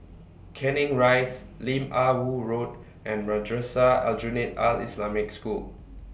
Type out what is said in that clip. Canning Rise Lim Ah Woo Road and Madrasah Aljunied Al Islamic School